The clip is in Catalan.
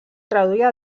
traduïda